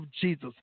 Jesus